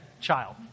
child